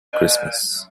christmas